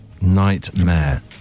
Nightmare